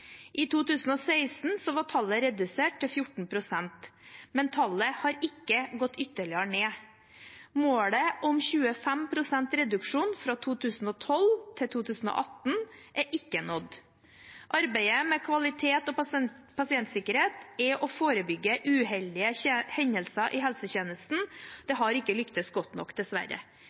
I 2016 var tallet redusert til 14 pst. Men tallet har ikke gått ytterligere ned. Målet om 25 pst. reduksjon fra 2012 til 2018 er ikke nådd. Arbeidet med kvalitet og pasientsikkerhet og å forebygge uheldige hendelser i helsetjenesten har ikke lyktes godt nok, dessverre.